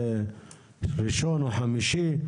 ראשון או חמישי,